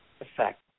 effect